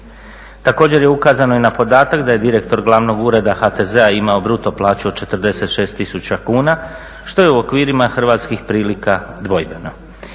Također je ukazano i na podatak da je direktor Glavnog ureda HTZ-a imao bruto plaću od 46 tisuća kuna, što je u okvirima hrvatskih prilika dvojbeno.